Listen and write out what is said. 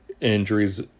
injuries